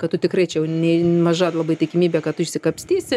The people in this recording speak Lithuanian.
kad tu tikrai čia jau nei maža labai tikimybė kad tu išsikapstysi